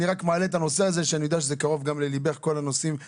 אני רק מעלה את הנושא הזה שאני יודע שזה קרוב גם לליבך כל הנושאים האלה,